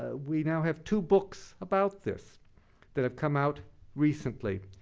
ah we now have two books about this that have come out recently.